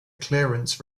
clearance